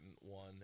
one